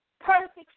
perfect